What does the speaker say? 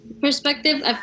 perspective